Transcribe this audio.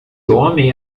homem